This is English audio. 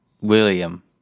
William